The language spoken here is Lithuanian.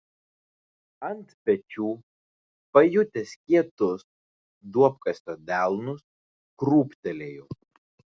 ant pečių pajutęs kietus duobkasio delnus krūptelėjau